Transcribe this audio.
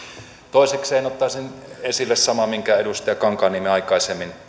toisekseen ottaisin esille saman minkä edustaja kankaanniemi aikaisemmin